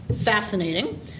fascinating